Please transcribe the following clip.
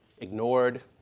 ignored